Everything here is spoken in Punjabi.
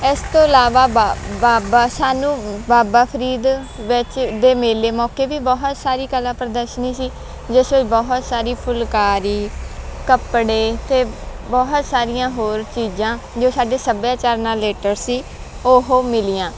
ਇਸ ਤੋਂ ਇਲਾਵਾ ਬਾ ਬਾਬਾ ਸਾਨੂੰ ਬਾਬਾ ਫਰੀਦ ਵਿੱਚ ਦੇ ਮੇਲੇ ਮੌਕੇ ਵੀ ਬਹੁਤ ਸਾਰੀ ਕਲਾ ਪ੍ਰਦਰਸ਼ਨੀ ਸੀ ਜਿਸ ਵਿੱਚ ਬਹੁਤ ਸਾਰੀ ਫੁਲਕਾਰੀ ਕੱਪੜੇ ਅਤੇ ਬਹੁਤ ਸਾਰੀਆਂ ਹੋਰ ਚੀਜ਼ਾਂ ਜੋ ਸਾਡੇ ਸੱਭਿਆਚਾਰ ਨਾਲ ਰਿਲੇਟਡ ਸੀ ਉਹ ਮਿਲੀਆਂ